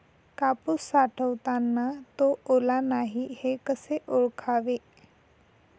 कापूस साठवताना तो ओला नाही हे कसे ओळखावे?